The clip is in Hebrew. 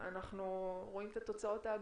אנחנו רואים את התוצאות העגומות.